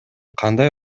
кандай